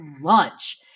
lunch